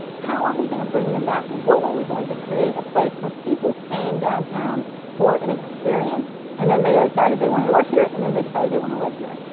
how are we going to bring them back? what were we going to create a place where people came downtown for an experience, and then they like decided they wanted to work here, and then they decided they wanted to live here.